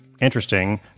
interesting